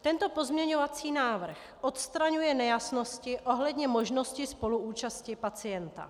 Tento pozměňovací návrh odstraňuje nejasnosti ohledně možnosti spoluúčasti pacienta.